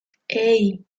hey